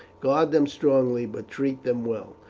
guard them strongly, but treat them well.